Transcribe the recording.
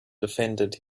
defended